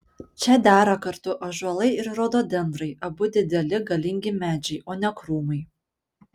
čia dera kartu ąžuolai ir rododendrai abu dideli galingi medžiai o ne krūmai